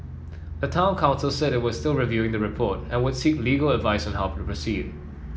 the town council said it was still reviewing the report and would seek legal advice on how to proceed